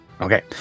Okay